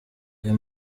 aya